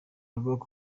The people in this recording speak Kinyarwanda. avuga